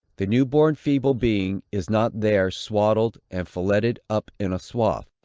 the new born feeble being is not there swaddled and filletted up in a swathe,